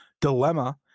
dilemma